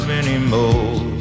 anymore